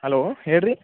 hello ಹೇಳ್ರಿ